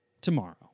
tomorrow